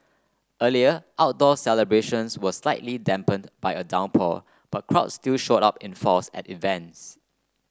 earlier outdoor celebrations were slightly dampened by a downpour but crowds still showed up in force at events